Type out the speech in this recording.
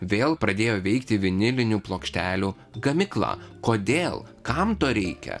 vėl pradėjo veikti vinilinių plokštelių gamykla kodėl kam to reikia